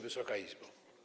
Wysoka Izbo!